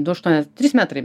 du aštuonias trys metrai be